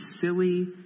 silly